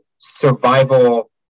survival